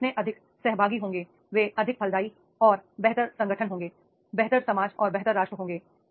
वे जितने अधिक सहभागी होंगे वे अधिक फलदायी और बेहतर संगठन होंगे बेहतर समाज और बेहतर राष्ट्र होंगे